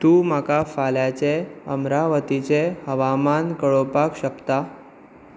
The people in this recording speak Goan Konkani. तूं म्हाका फाल्यांचें अमरावतीचें हवामान कळोवपाक शकता